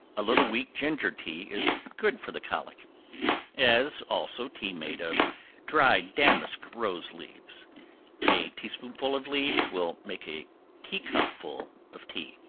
a little weak ginger tea is good for the colic as also tea made of dried damask rose leaves a tea-spoonful of leaves will make a tea-cupful of tea.